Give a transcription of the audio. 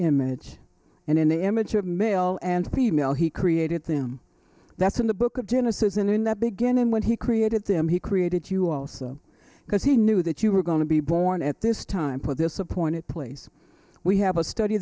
image and in the image of male and female he created them that's in the book of genesis and in the beginning when he created them he created you also because he knew that you were going to be born at this time put this appointed place we have a study